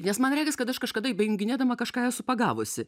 nes man regis kad aš kažkada bejunginėdama kažką esu pagavusi